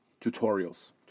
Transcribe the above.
tutorials